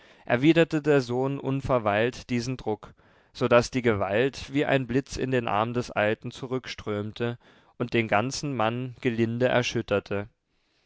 erwiderte der sohn unverweilt diesen druck so daß die gewalt wie ein blitz in den arm des alten zurückströmte und den ganzen mann gelinde erschütterte